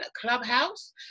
clubhouse